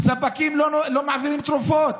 ספקים לא מעבירים תרופות.